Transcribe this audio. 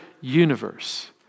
universe